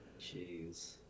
Jeez